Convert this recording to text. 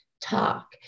talk